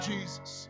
Jesus